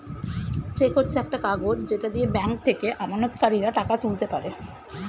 check হচ্ছে একটা কাগজ যেটা দিয়ে ব্যাংক থেকে আমানতকারীরা টাকা তুলতে পারে